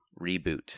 Reboot